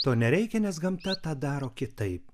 to nereikia nes gamta tą daro kitaip